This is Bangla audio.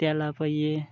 তেলাপিয়া